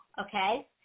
okay